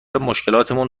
مشکلاتمون